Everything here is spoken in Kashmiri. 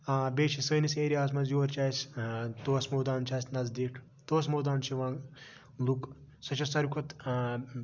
بیٚیہِ چھِ سٲنِس ایریاہَس مَنٛز یور چھ اَسہِ توسہٕ مٲدان چھ اَسہِ نَزدیٖک توسہٕ مٲدان چھ یِوان لُکھ سۄ چھِ ساروی کھۄتہٕ